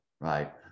right